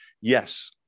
yes